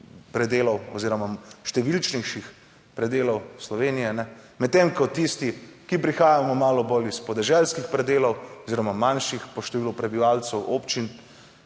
predelov oziroma številčnejših predelov Slovenije, medtem ko tisti, ki prihajamo malo bolj iz podeželskih predelov oziroma manjših po številu prebivalcev občin